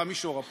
במישור הפוליטי.